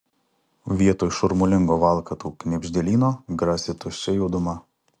vietoj šurmulingo valkatų knibždėlyno grasi tuščia juoduma